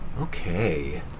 Okay